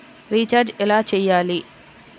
Recharge ఎలా చెయ్యాలి?